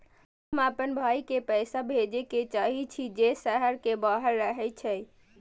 हम आपन भाई के पैसा भेजे के चाहि छी जे शहर के बाहर रहे छै